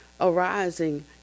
arising